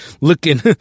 looking